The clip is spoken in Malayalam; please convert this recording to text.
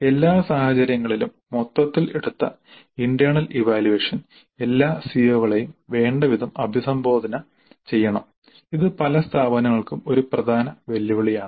എല്ലാ സാഹചര്യങ്ങളിലും മൊത്തത്തിൽ എടുത്ത ഇന്റെർണൽ ഇവാല്യുവേഷൻ എല്ലാ സിഒകളെയും വേണ്ടവിധം അഭിസംബോധന ചെയ്യണം ഇത് പല സ്ഥാപനങ്ങൾക്കും ഒരു പ്രധാന വെല്ലുവിളിയാണ്